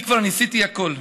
אני כבר ניסיתי הכול.